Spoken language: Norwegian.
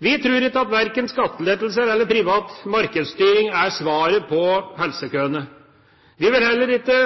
Vi tror ikke at verken skattelettelser eller privat markedsstyring er svaret på helsekøene. Vi vil heller ikke